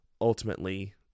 Ultimately